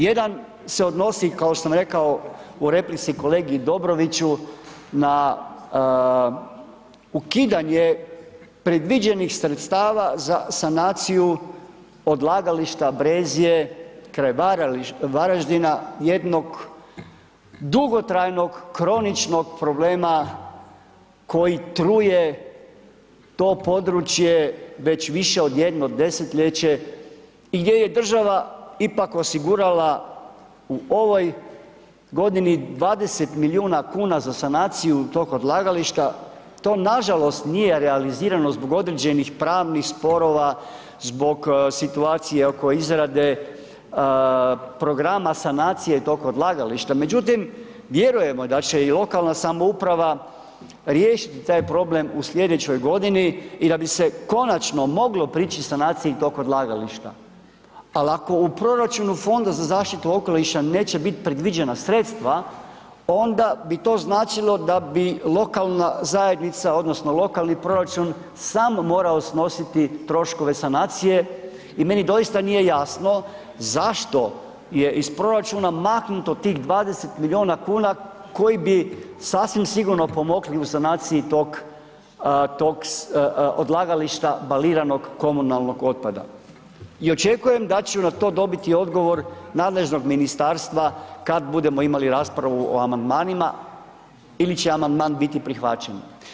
Jedan se odnosi kao što sam rekao u replici kolegi Dobroviću na ukidanje predviđenih sredstava za sanaciju odlagališta Brezje kraj Varaždina, jednog dugotrajnog kroničnog problema koji truje to područje već više od jedno desetljeće i gdje je država ipak osigurala u ovoj godini 20 milijuna kuna za sanaciju tog odlagališta, to nažalost nije realizirano zbog određenih pravnih sporova zbog situacije oko izrade programa sanacije tog odlagališta, međutim vjerujemo da će i lokalna samouprava riješiti taj problem u slijedećoj godini i da bi se konačno moglo prići sanaciji tog odlagališta, al ako u proračunu Fonda za zaštitu okoliša neće bit predviđena sredstva onda bi to značilo da bi lokalna zajednica odnosno lokalni proračun sam morao snositi troškove sanacije i meni doista nije jasno zašto je iz proračuna maknuto tih 20 milijuna kuna koji bi sasvim sigurno pomogli u sanaciji tog, tog odlagališta baliranog komunalnog otpada i očekujem da ću na to dobiti odgovor nadležnog ministarstva kad budemo imali raspravu o amandmanima ili će amandman biti prihvaćen.